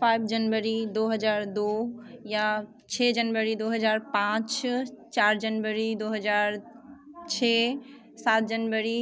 पाँच जनवरी दो हज़ार दो या छ जनवरी दो हज़ार पाँच चार जनवरी दो हज़ार छ सात जनवरी